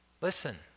Listen